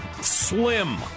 slim